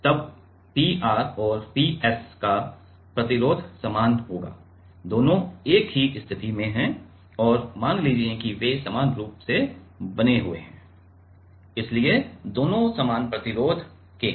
तब P r और P s का प्रतिरोध समान होगा दोनों एक ही स्थिति में हैं और मान लीजिए कि वे समान रूप से बने हुए हैं इसलिए दोनों समान प्रतिरोध के हैं